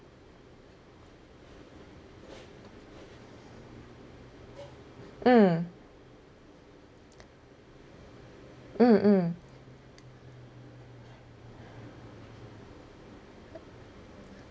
mm mm mm